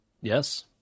Yes